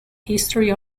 history